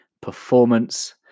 performance